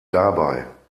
dabei